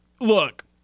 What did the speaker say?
look